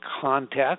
context